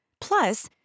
Plus